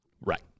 Right